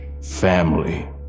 Family